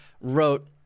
wrote